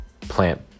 plant